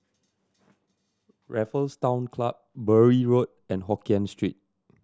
Raffles Town Club Bury Road and Hokien Street